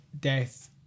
death